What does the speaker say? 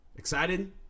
excited